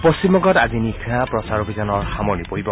পশ্চিমবংগত আজি নিশা প্ৰচাৰ অভিযানৰ সামৰণি পৰিব